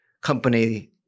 company